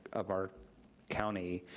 of our county,